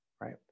right